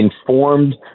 informed